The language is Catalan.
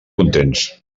contents